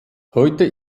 heute